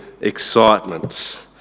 excitement